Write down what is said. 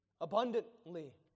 Abundantly